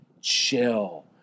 chill